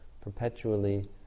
Perpetually